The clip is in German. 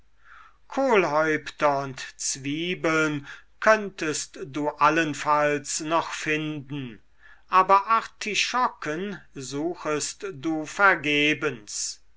und zwiebeln könntest du allenfalls noch finden aber artischocken suchest du vergebens